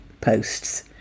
posts